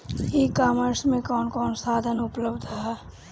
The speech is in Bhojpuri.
ई कॉमर्स में कवन कवन साधन उपलब्ध ह?